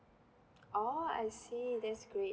orh I see that's great